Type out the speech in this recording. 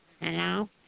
Hello